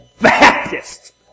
Baptist